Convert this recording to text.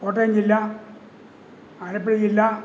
കോട്ടയം ജില്ല ആലപ്പുഴ ജില്ല